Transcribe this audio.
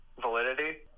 validity